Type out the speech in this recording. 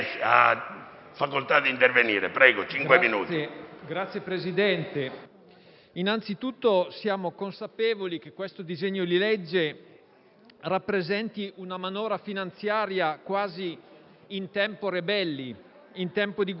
Signor Presidente, siamo consapevoli che questo disegno di legge rappresenti una manovra finanziaria quasi *in tempore belli*, in tempo di guerra,